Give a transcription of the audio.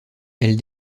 elle